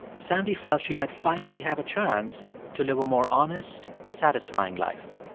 sandy felt she might finally have a chance to live a more honest, satisfying life.